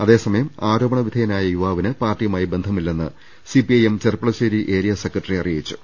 അതേസമയം ആരോപണ വിധേയനായ യുവാവിന് പാർട്ടിയുമായി ബന്ധമില്ലെന്ന് സിപിഐഎം ചെർപ്പുളശേരി ഏരിയ സെക്രട്ടറി അറി യിച്ചു